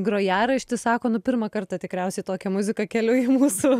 grojaraštį sako nu pirmą kartą tikriausiai tokią muziką keliu į mūsų